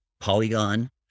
polygon